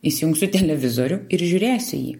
įsijungsiu televizorių ir žiūrėsiu jį